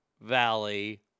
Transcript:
Valley